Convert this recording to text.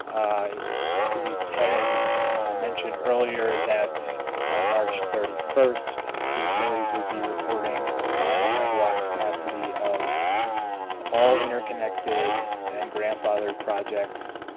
i believe ted mentioned earlier that by march thirty first the utilities will be reporting a final mega watt capacity of all interconnected and grandfathered projects,